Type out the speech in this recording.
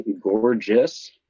gorgeous